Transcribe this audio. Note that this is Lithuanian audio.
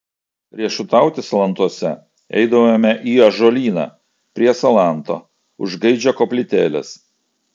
riešutauti salantuose eidavome į ąžuolyną prie salanto už gaidžio koplytėlės